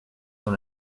dans